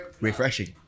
Refreshing